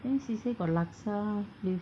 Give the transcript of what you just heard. then she say got laksa leaf